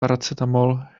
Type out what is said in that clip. paracetamol